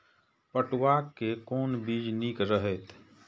पटुआ के कोन बीज निक रहैत?